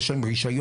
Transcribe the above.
יש להם רישיון?